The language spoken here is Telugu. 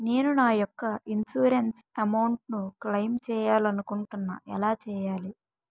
నేను నా యెక్క ఇన్సురెన్స్ అమౌంట్ ను క్లైమ్ చేయాలనుకుంటున్నా ఎలా చేయాలి?